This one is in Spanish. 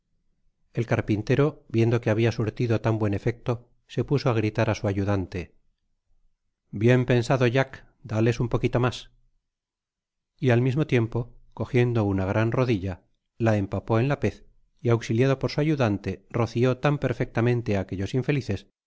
el carpintero viendo que habia surtido tan buen efecto se puso á gritar á su ayudante bien pensado jak dales un poquito mas y al mismo tiempo cogiendo una gran rodilla la empapó en la pez y auxiliado por su ayudante roció tan perfectamente á aquellos infelices